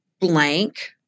blank